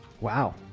Wow